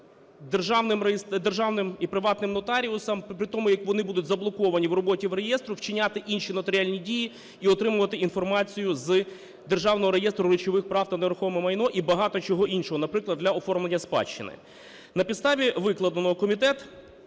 державним і приватним нотаріусам при тому, як вони будуть заблоковані в роботі в реєстру, вчиняти інші нотаріальні дії. І отримувати інформацію з державного реєстру речових прав на нерухоме майно та багато чого іншого, наприклад для оформлення спадщини. На підставі викладеного Комітет